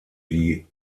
die